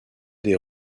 des